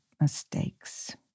mistakes